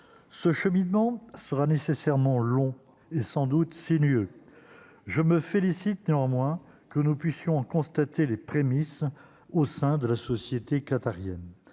ce cheminement sera nécessairement long et sans doute sinueux, je me félicite néanmoins que nous puissions en constater les prémices au sein de la société qatarienne,